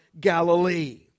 Galilee